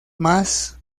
más